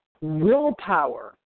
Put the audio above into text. willpower